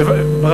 אפשר לברך?